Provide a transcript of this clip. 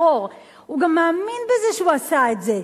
הוא גם מאמין בזה שהוא עשה את זה,